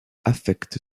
affecte